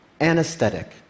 Anesthetic